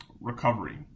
recovery